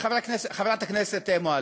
חברת הכנסת מועלם,